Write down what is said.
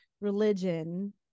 religion